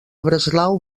breslau